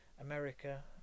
America